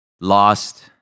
lost